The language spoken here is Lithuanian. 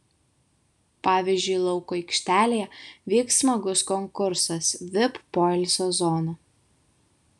pavyzdžiui lauko aikštelėje vyks smagus konkursas vip poilsio zona